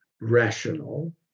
rational